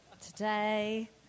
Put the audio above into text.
Today